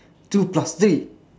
two plus three